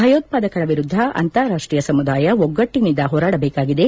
ಭಯೋತ್ವಾದಕರ ವಿರುದ್ಲ ಅಂತಾರಾಷ್ಷೀಯ ಸಮುದಾಯ ಒಗ್ಗಟ್ಟಿನಿಂದ ಹೋರಾಡಬೇಕಾಗಿದೆ